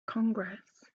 congress